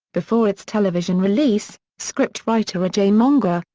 before its television release, scriptwriter ajay monga,